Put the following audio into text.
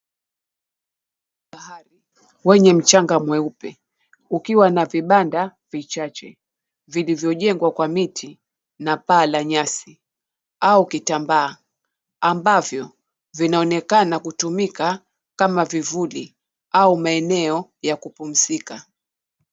Bahari, wenye mchanga mweupe, ukiwa na vibanda vichache, vilivyojengwa kwa miti na paa la nyasi au kitambaa, ambavyo vinaonekana kutumika kama vivuli au maeneo ya kupumzika.